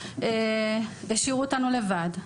השאירו אותנו לבד.